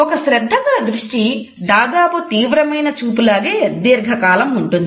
ఒక శ్రద్ధగల దృష్టి దాదాపు తీవ్రమైన చూపులాగే దీర్ఘకాలం ఉంటుంది